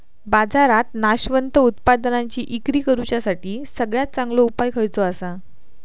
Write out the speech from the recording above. बाजारात नाशवंत उत्पादनांची इक्री करुच्यासाठी सगळ्यात चांगलो उपाय खयचो आसा?